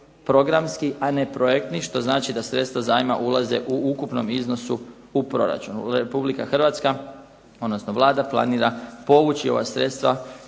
programski, a ne projektni što znači da sredstva zajma ulaze u ukupnom iznosu u proračun. Republika Hrvatska odnosno Vlada planira povući ova sredstva